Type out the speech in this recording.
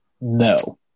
no